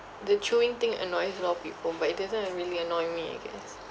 the chewing thing annoys a lot of people but it doesn't uh really annoy me I guess